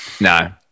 No